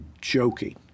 joking